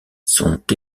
sont